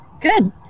Good